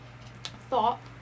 thought